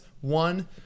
one